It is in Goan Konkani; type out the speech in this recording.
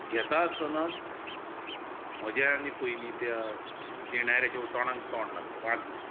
घेता आसतनाच म्हजे आनी पयली त्या दिणाऱ्याचे तोंडाक तोंड लागलें वाजलें